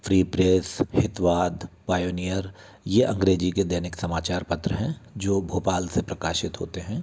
Free Press Hitavada Pioneer ये अंग्रेजी के दैनिक समाचार पत्र हैं जो भोपाल से प्रकाशित होते हैं